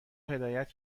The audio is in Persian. هدایت